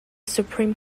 supreme